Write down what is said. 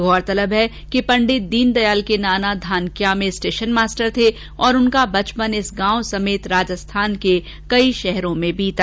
गौरतलब है कि पंडित दीनदयाल के नाना धानक्या में स्टेशन मास्टर थे और उनका बचपन इस गांव समेत राजस्थान के कई शहरों में बीता